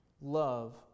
love